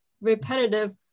repetitive